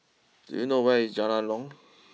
do you know where is Jalan long